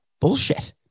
bullshit